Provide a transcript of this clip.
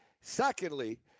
Secondly